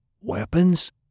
Weapons